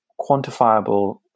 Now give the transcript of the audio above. quantifiable